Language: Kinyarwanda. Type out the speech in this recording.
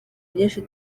byinshi